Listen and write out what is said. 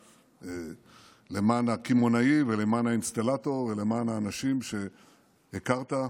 למען הקמעונאי ולמען האינסטלטור ולמען האנשים שהכרת,